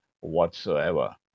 whatsoever